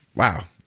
wow.